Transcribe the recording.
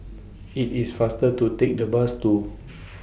IT IS faster to Take The Bus to